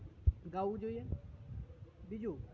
ગાવું જોઈએ બીજું